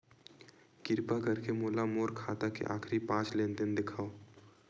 किरपा करके मोला मोर खाता के आखिरी पांच लेन देन देखाव